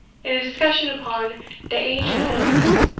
in a discussion upon the age of hills,